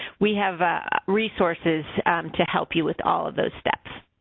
we have resources to help you with all of those steps.